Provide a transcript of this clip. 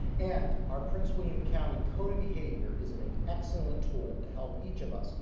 and our prince william county code of behavior is an an excellent tool to help each of us,